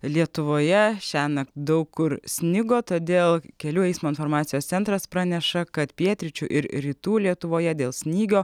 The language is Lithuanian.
lietuvoje šiąnakt daug kur snigo todėl kelių eismo informacijos centras praneša kad pietryčių ir rytų lietuvoje dėl snygio